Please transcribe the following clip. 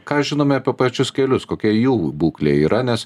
ką žinome apie pačius kelius kokia jų būklė yra nes